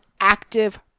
active